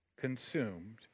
consumed